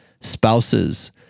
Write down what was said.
Spouses